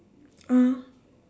ah